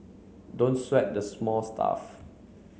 don't sweat the small stuff